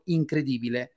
incredibile